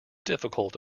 difficult